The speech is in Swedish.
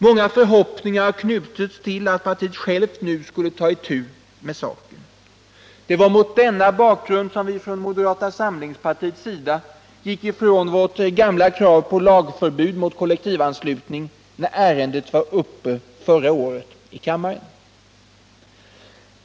Många förhoppningar har knutits till att partiet självt nu skulle ta itu med saken. Det var mot denna bakgrund som vi från moderata samlingspartiet gick ifrån vårt gamla krav på lagförbud mot kollektivanslutning när ärendet var uppe förra året i kammaren.